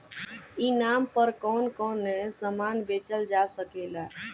ई नाम पर कौन कौन समान बेचल जा सकेला?